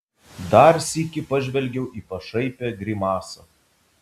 dar sykį pažvelgiau į pašaipią grimasą